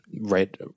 right